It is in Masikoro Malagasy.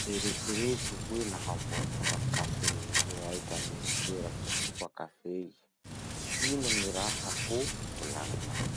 Eritsereto hoe naha voatondraky kafe olo raiky amy toera fisotroa kafe iha. Ino gny raha ho volagninao?